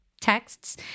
texts